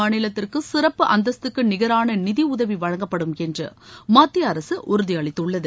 மாநிலத்துக்கு சிறப்பு அந்தஸ்த்துக்கு நிகரான நிதி உதவி வழங்கப்படும் என்று மத்திய அரசு உறுதி அளித்துள்ளது